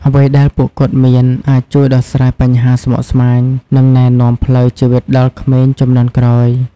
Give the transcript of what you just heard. អ្វីដែលពួកគាត់មានអាចជួយដោះស្រាយបញ្ហាស្មុគស្មាញ និងណែនាំផ្លូវជីវិតដល់ក្មេងជំនាន់ក្រោយ។